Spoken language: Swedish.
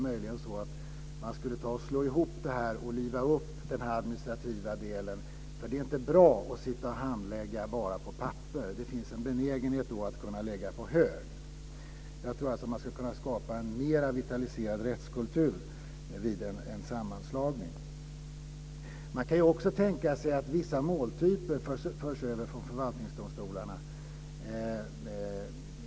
Möjligen skulle man slå ihop och liva upp den administrativa delen. Det är inte bra att handlägga bara på papper. Det finns en benägenhet att då lägga på hög. Jag tror alltså att man skulle kunna skapa en mer vitaliserad rättskultur vid en sammanslagning. Man kan också tänka sig att vissa måltyper förs över från förvaltningsdomstolarna.